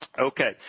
Okay